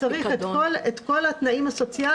נוסף לפיקדון צריך להעביר את כל הזכויות הסוציאליות,